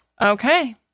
okay